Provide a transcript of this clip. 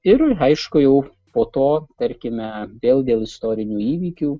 ir aišku jau po to tarkime vėl dėl istorinių įvykių